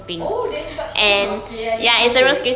oh there's such thing ah okay I didn't know leh